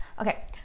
okay